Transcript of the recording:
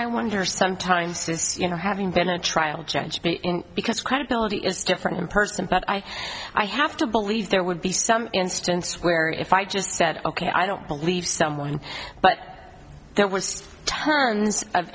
i wonder sometimes says you know having been a trial judge because credibility is different in person but i i have to believe there would be some instance where if i just said ok i don't believe someone but there was terms of